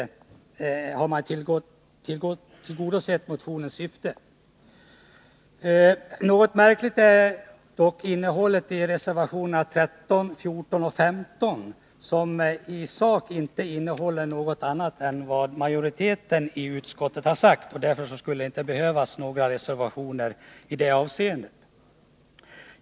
Utskottet säger att regeringen får återkomma med den frågan. Något märkligt är innehållet i reservationerna 13, 14 och 15, som i sak inte innehåller något annat än vad majoriteten har sagt, och därför skulle det inte behövas några reservationer.